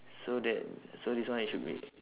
so that so this one it should be